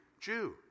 Jew